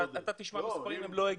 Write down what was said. אתה תשמע בסופו של דבר שהם לא יגיעו.